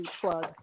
plug